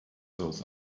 those